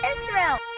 Israel